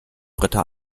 britta